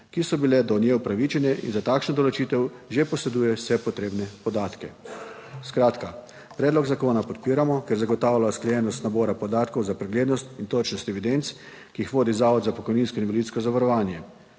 ki so bile do nje upravičene in za takšno določitev že posreduje vse potrebne podatke. ...Skratka, predlog zakona podpiramo, ker zagotavlja usklajenost nabora podatkov za preglednost in točnost evidenc, ki jih vodi Zavod za pokojninsko in invalidsko zavarovanje,